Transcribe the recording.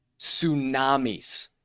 tsunamis